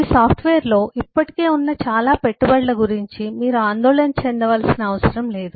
ఈ సాఫ్ట్వేర్లో ఇప్పటికే ఉన్న చాలా పెట్టుబడుల గురించి మీరు ఆందోళన చెందాల్సిన అవసరం లేదు